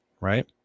right